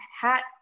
hat